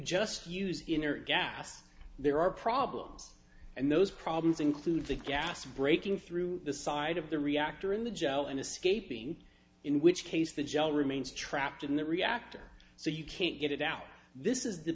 just use gas there are problems and those problems include the gas breaking through the side of the reactor in the gel and escaping in which case the gel remains trapped in the reactor so you can't get it out this is the